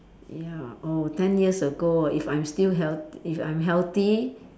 ya oh ten years ago if I'm still health~ if I'm healthy